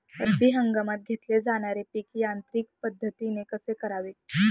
रब्बी हंगामात घेतले जाणारे पीक यांत्रिक पद्धतीने कसे करावे?